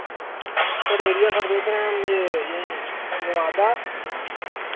sir area sir देख रहे हैं हम ये यहीं नवादा